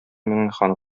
миңнеханов